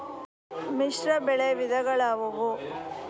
ಮಿಶ್ರಬೆಳೆ ವಿಧಗಳಾವುವು?